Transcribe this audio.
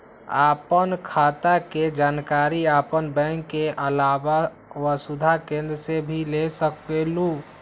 आपन खाता के जानकारी आपन बैंक के आलावा वसुधा केन्द्र से भी ले सकेलु?